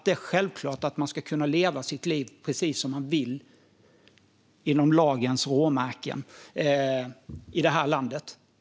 Det är självklart att man ska kunna leva sitt liv precis som man vill - inom lagens råmärken - i det här landet.